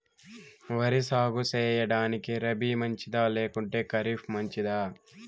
వరి సాగు సేయడానికి రబి మంచిదా లేకుంటే ఖరీఫ్ మంచిదా